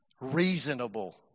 reasonable